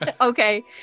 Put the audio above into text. Okay